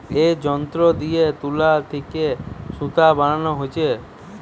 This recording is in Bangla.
এ যন্ত্র দিয়ে তুলা থিকে সুতা বানানা হচ্ছে